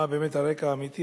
מה באמת הרקע האמיתי,